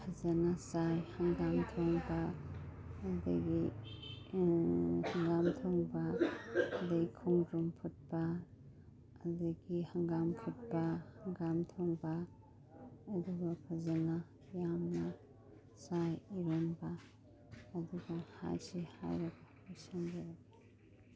ꯐꯖꯅ ꯆꯥꯏ ꯍꯪꯒꯥꯝ ꯊꯣꯡꯕ ꯑꯗꯒꯤ ꯍꯪꯒꯥꯝ ꯊꯣꯡꯕ ꯑꯗꯒꯤ ꯈꯣꯡꯗ꯭ꯔꯨꯝ ꯐꯨꯠꯄ ꯑꯗꯒꯤ ꯍꯪꯒꯥꯝ ꯐꯨꯠꯄ ꯍꯪꯒꯥꯝ ꯊꯣꯡꯕ ꯑꯗꯨꯒ ꯐꯖꯅ ꯌꯥꯝꯅ ꯆꯥꯏ ꯏꯔꯣꯟꯕ ꯑꯗꯨꯒ ꯑꯁꯤ ꯍꯥꯏꯔꯒ ꯂꯣꯏꯁꯤꯟꯖꯔꯒꯦ